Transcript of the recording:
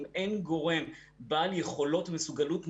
אם אין גורם בעל יכולות ומסוגלות ניהולית,